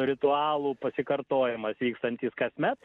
ritualų pasikartojimas vykstantis kasmet